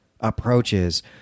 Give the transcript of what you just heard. approaches